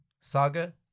saga